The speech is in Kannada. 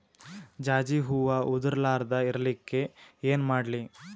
ಜಾಜಿ ಹೂವ ಉದರ್ ಲಾರದ ಇರಲಿಕ್ಕಿ ಏನ ಮಾಡ್ಲಿ?